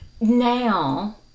now